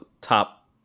top